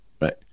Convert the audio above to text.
Right